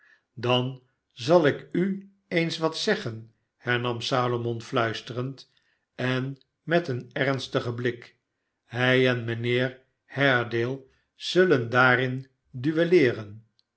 dan zal ik u eens wat zeggen hernam salomon fluisterend en met een ernstigen blik hij en mijnheer haredale zullen daann